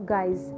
Guys